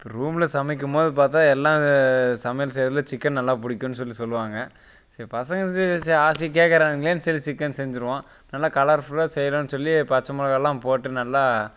இப்போ ரூமில் சமைக்கும்மோது பார்த்தா எல்லாம் சமையல் செய்றதில் சிக்கன் நல்லா பிடிக்கும்னு சொல்லி சொல்லுவாங்க சரி பசங்க சரி சரி ஆசையாக கேட்குறாங்களேன் சரி சிக்கன் செஞ்சிடுவோம் நல்லா கலர்ஃபுல்லாக செய்கிறேன்னு சொல்லி பச்சை மிளகாலாம் போட்டு நல்லா